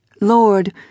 Lord